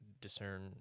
discern